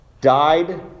Died